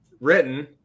written